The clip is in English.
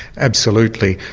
absolutely,